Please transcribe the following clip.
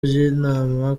by’inama